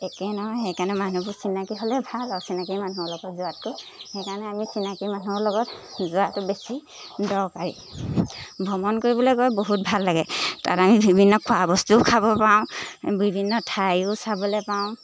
একে নহয় সেইকাৰণে মানুহবোৰ চিনাকি হ'লে ভাল আৰু চিনাকি মানুহৰ লগত যোৱাতকৈ সেইকাৰণে আমি চিনাকি মানুহৰ লগত যোৱাটো বেছি দৰকাৰী ভ্ৰমণ কৰিবলৈ গৈ বহুত ভাল লাগে তাত আমি বিভিন্ন খোৱা বস্তুও খাব পাওঁ বিভিন্ন ঠাইও চাবলৈ পাওঁ